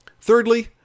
Thirdly